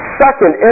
second